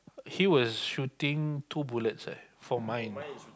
he was shooting two bullets leh for mine